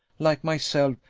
like myself,